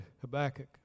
Habakkuk